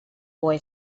boy